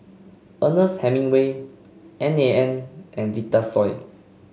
Ernest Hemingway N A N and Vitasoy